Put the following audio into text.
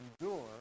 endure